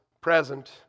present